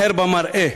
אחר במראה,